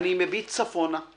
אני מביט צפונה/